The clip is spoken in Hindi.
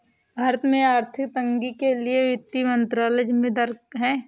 भारत में आर्थिक तंगी के लिए वित्त मंत्रालय ज़िम्मेदार है